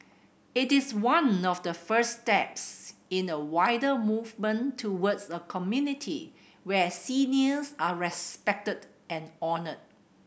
it is one of the first steps in a wider movement towards a community where seniors are respected and honoured